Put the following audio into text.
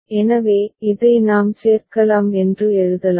எனவே இதை நாம் சேர்க்கலாம் என்று எழுதலாம்